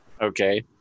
Okay